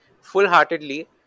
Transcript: full-heartedly